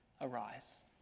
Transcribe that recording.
arise